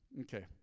okay